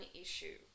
issue